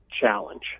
challenge